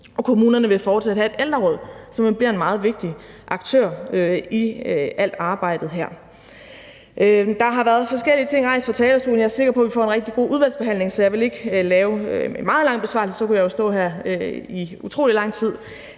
og kommunerne vil fortsat have et ældreråd, som bliver en meget vigtig aktør i alt arbejdet her. Der har været rejst forskellige ting fra talerstolen, og jeg er sikker på, at vi får en rigtig god udvalgsbehandling, så jeg vil ikke komme med en meget lang besvarelse, for så kunne jeg jo stå her i utrolig lang tid.